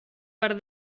per